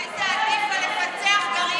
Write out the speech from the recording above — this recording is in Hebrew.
אולי זה עדיף על לפצח גרעינים במליאה.